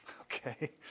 okay